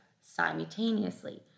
simultaneously